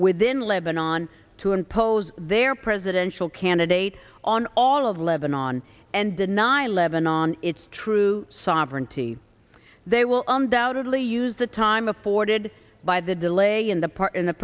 within lebanon to impose their presidential candidate on all of lebanon and deny levanon its true sovereignty they will undoubtedly use the time afforded by the delay in the part in the